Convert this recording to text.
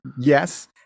yes